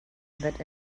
that